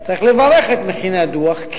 צריך לברך את מכיני הדוח,